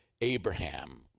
Abraham